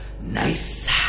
Nice